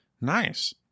Nice